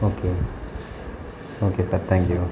okay okay sir thank you